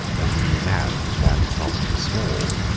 a new man whose landed property was small,